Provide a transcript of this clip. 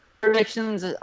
predictions